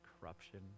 corruption